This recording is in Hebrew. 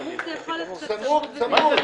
"סמוך" יכול להיות --- סמוך, צמוד.